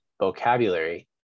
vocabulary